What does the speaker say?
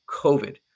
COVID